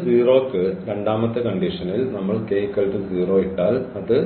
ക്ക് രണ്ടാമത്തെ കണ്ടീഷൻൽ നമ്മൾ k 0 ഇട്ടാൽ അത്